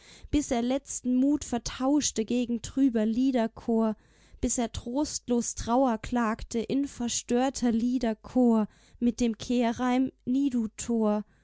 bis er letzten mut vertauschte gegen trüber lieder chor bis er trostlos trauerklagte in verstörter lieder chor mit dem kehrreim